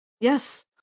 Yes